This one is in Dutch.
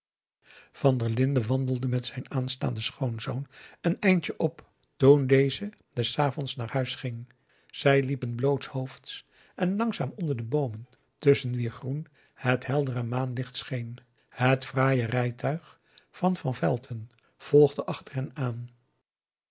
van der linden wandelde met zijn aanstaanden schoonzoon een eindje op toen deze des avonds naar huis ging zij liepen blootshoofds en langzaam onder de boomen tusschen wier groen het heldere maanlicht scheen het fraaie rijtuig van van velton volgde achter hen aan